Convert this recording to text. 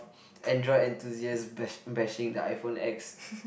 Android enthusiast bash~ bashing the iPhone X